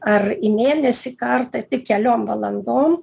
ar į mėnesį kartą tik keliom valandom